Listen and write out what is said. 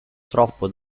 troppo